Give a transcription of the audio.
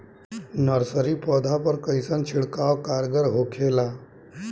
Nursery पौधा पर कइसन छिड़काव कारगर होखेला?